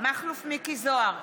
מכלוף מיקי זוהר,